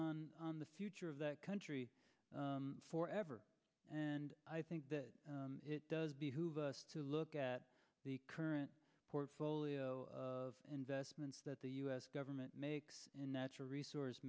on the future of that country for ever and i think that it does behoove us to look at the current portfolio of investments that the u s government makes and natural resource